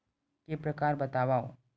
के प्रकार बतावव?